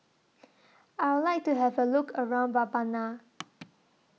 I Would like to Have A Look around Mbabana